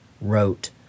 wrote